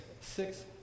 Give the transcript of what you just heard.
six